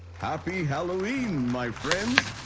happy halloween my friends!